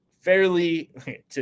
fairly